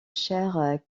chair